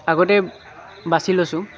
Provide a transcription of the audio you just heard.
আগতে বাছি লৈছোঁ